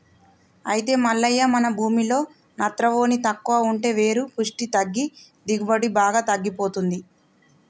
అయితే మల్లయ్య మన భూమిలో నత్రవోని తక్కువ ఉంటే వేరు పుష్టి తగ్గి దిగుబడి బాగా తగ్గిపోతుంది